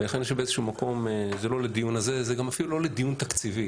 זה לא לדיון הזה, זה גם אפילו לא לדיון תקציבי.